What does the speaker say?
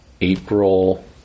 April